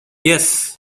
yes